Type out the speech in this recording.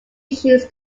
issues